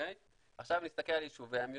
עכשיו נסתכל על יישובי המיעוטים.